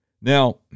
Now